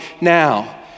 now